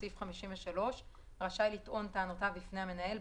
סעיף 53 רשאי לטעון טענותיו בפני המנהל,